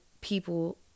people